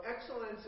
excellence